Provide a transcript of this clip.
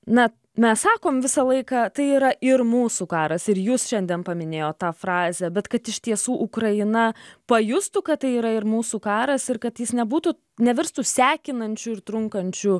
na mes sakom visą laiką tai yra ir mūsų karas ir jūs šiandien paminėjot tą frazę bet kad iš tiesų ukraina pajustų kad tai yra ir mūsų karas ir kad jis nebūtų nevirstų sekinančiu ir trunkančiu